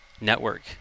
network